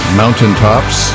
mountaintops